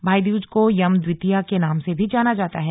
भाई दूज को यम द्वितीया के नाम से भी जाना जाता है